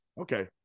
Okay